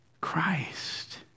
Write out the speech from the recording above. Christ